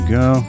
go